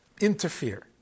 interfere